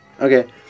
Okay